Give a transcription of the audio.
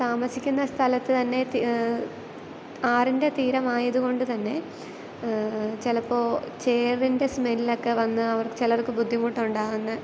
താമസിക്കുന്ന സ്ഥലത്ത് തന്നെ തി ആറിൻ്റെ തീരം ആയതുകൊണ്ട് തന്നെ ചിലപ്പോൾ ചേറിൻ്റെ സ്മെല്ലൊക്കെ വന്ന് അവ ചിലർക്ക് ബുദ്ധിമുട്ടുണ്ടാകുന്നു